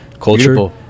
culture